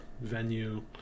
venue